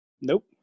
Nope